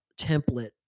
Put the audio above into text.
template